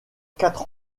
quatre